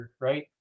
right